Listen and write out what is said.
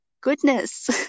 goodness